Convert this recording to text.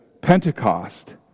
Pentecost